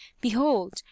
behold